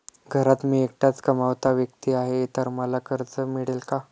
घरात मी एकटाच कमावता व्यक्ती आहे तर मला कर्ज मिळेल का?